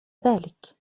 ذلك